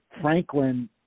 Franklin